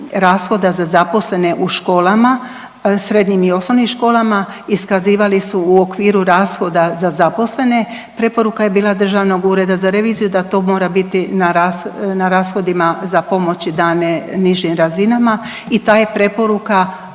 rashoda za zaposlene u školama srednjim i osnovnim školama iskazivali su u okviru rashoda za zaposlene. Preporuka je bila Državnog ureda za reviziju da to mora biti na rashodima za pomoći dane nižim razinama i ta je preporuka provedena